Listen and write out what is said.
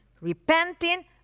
repenting